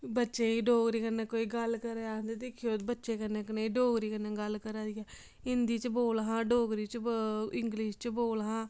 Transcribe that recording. बच्चें गी डोगरी कन्नै कोई गल्ल करै ते आखदे दिक्खेओ बच्चें कन्नै कनेही डोगरी कन्नै गल्ल करा दी ऐ हिंदी च बोल हां डोगरी च इंग्लिश च बोल हां